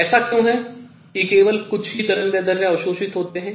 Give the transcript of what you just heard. ऐसा क्यों है कि केवल कुछ तरंगदैर्ध्य ही अवशोषित होते हैं